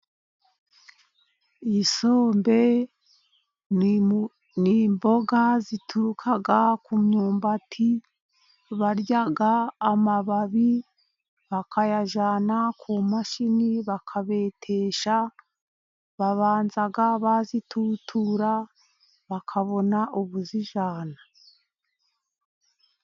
Isombe ni imboga zituruka ku myumbati, barya amababi, bakayajyana ku mashini bakabetesha, babanza bazitutura, bakabona ubuzijyana.